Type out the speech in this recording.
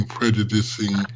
prejudicing